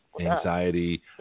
Anxiety